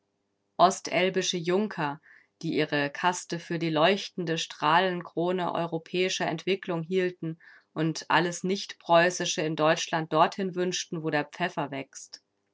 ostelbische junker die ihre kaste für die leuchtende strahlenkrone europäischer entwicklung hielten und alles nichtpreußische in deutschland dorthin wünschten wo der pfeffer wächst